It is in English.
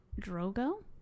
Drogo